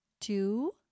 two